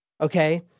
Okay